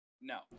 no